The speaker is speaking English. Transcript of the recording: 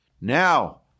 Now